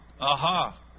Aha